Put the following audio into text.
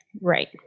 Right